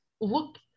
look